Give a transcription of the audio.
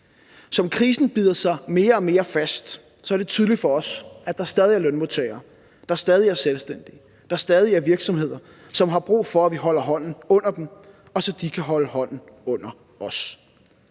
Som krisen bider sig mere og mere fast, er det tydeligt for os, at der stadig er lønmodtagere, at der stadig er selvstændige, at der stadig er virksomheder, som har brug for, at vi holder hånden under dem, så de kan holde hånden under os.